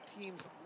team's